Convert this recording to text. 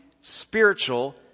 spiritual